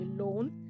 alone